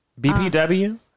BPW